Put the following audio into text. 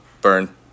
burn